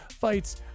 fights